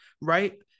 right